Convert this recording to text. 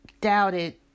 doubted